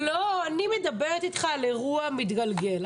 לא, אני מדברת איתך על אירוע מתגלגל.